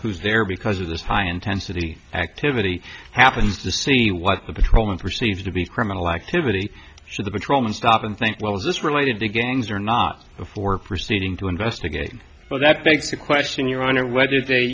who's there because of this high intensity activity happens to see what the patrolling perceives to be criminal activity should the patrolmen stop and think well is this related to gangs or not before proceeding to investigate but that begs the question your honor where did they